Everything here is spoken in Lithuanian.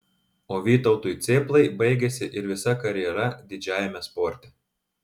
o vytautui cėplai baigėsi ir visa karjera didžiajame sporte